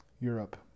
Europe